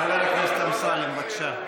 חבר הכנסת אמסלם, בבקשה.